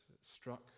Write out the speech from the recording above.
struck